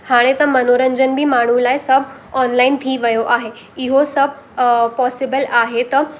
हाणे त मनोरंजन बि माण्हू लाइ सभु ऑनलाइन थी वियो आहे इहो सभु पॉसिबल आहे त